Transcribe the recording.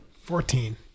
Fourteen